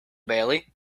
bailey